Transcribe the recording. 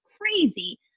crazy